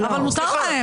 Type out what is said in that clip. מותר להם.